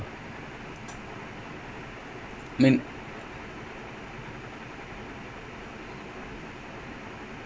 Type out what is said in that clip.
ya you know I actually can't believe substitute twenty it's such a weird thing to do it's wasting a substituition of a goal keeper